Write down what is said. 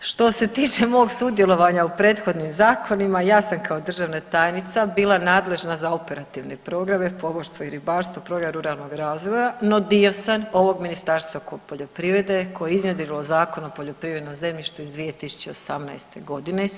Što se tiče mog sudjelovanja u prethodnim zakonima ja sam kao državna tajnica bila nadležna za operativne programe pomorstvo i ribarstvo, program ruralnog razvoja, no dio sam ovog Ministarstva poljoprivrede koji je izradio Zakon o poljoprivrednom zemljištu iz 2018. godine.